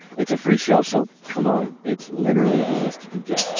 it's a free show, so come on. it's literally the least you could do.